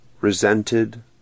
resented